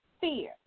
fear